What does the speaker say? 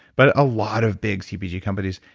but a lot of big cpg companies.